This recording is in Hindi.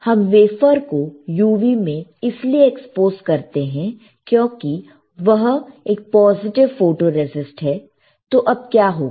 हम वेफर को UV मैं इसलिए एक्सपोज़ करते हैं क्योंकि वह एक पॉजिटिव फोटोरेसिस्ट है तो अब क्या होगा